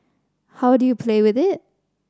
how do you play with it